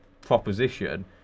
proposition